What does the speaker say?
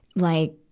like,